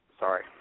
Sorry